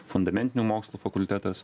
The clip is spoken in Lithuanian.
fundamentinių mokslų fakultetas